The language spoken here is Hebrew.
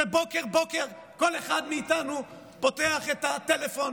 כשבוקר-בוקר כל אחד מאיתנו פותח את הטלפון